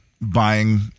buying